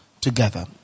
together